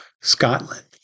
Scotland